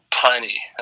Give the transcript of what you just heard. plenty